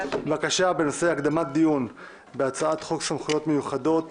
בנושא: הקדמת הדיון בהצעת חוק סמכויות מיוחדות